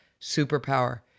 superpower